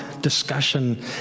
discussion